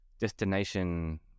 destination